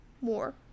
more